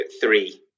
three